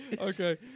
Okay